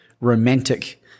romantic